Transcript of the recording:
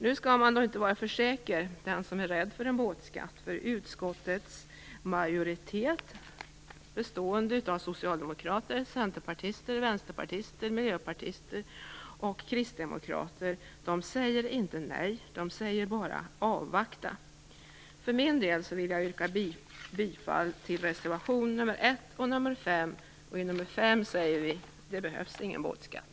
Nu skall nog inte den som är rädd för en båtskatt vara för säker, för utskottets majoritet bestående av socialdemokrater, centerpartister, vänsterpartister, miljöpartister och kristdemokrater säger inte nej utan bara att vi skall avvakta. För min del vill jag yrka bifall till reservationerna nr 1 och nr 5. I reservation nr 5 säger vi: Det behövs ingen båtskatt.